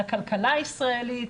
לכלכלה הישראלית,